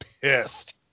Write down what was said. pissed